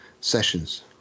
sessions